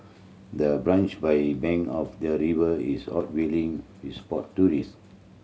the branch by bank of the river is hot viewing spot tourist